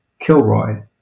Kilroy